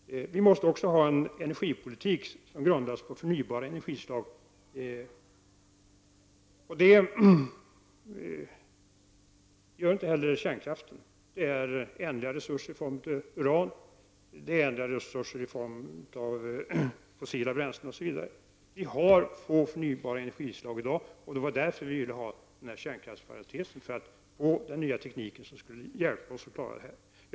Vi måste också ha en energiproduktion som grundar sig på förnybara energislag. Kärnkraften är inte ett sådant energislag. Den kräver ändliga resurser i form av t.ex. uran. Vi har bara få förnybara energislag i dag, och det var därför vi ville ha denna kärnkraftsparentes för att hinna få fram den nya teknik som skall hjälpa oss att klara vår energiförsörjning.